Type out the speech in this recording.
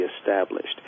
established